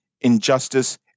injustice